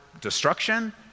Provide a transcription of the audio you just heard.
destruction